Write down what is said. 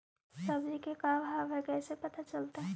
सब्जी के का भाव है कैसे पता चलतै?